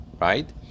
Right